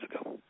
ago